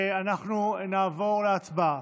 אנחנו נעבור להצבעה.